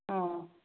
ꯑ